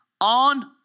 on